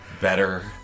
better